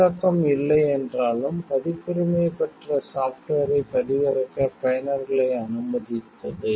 உள்ளடக்கம் இல்லை என்றாலும் பதிப்புரிமை பெற்ற சாஃப்ட்வேரைப் பதிவிறக்க பயனர்களை அனுமதித்தது